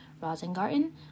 Rosengarten